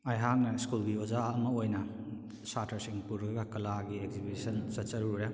ꯑꯩꯍꯥꯛꯅ ꯁ꯭ꯀꯨꯜꯒꯤ ꯑꯣꯖꯥ ꯑꯃ ꯑꯣꯏꯅ ꯁꯥꯇ꯭ꯔꯁꯤꯡ ꯄꯨꯔꯒ ꯀꯂꯥꯒꯤ ꯑꯦꯛꯖꯤꯁꯤꯕꯤꯁꯟ ꯆꯠꯆꯔꯨꯔꯦ